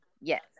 yes